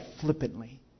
flippantly